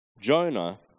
Jonah